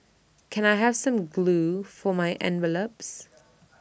can I have some glue for my envelopes